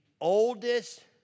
oldest